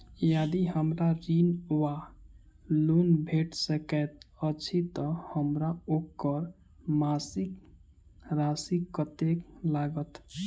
यदि हमरा ऋण वा लोन भेट सकैत अछि तऽ हमरा ओकर मासिक राशि कत्तेक लागत?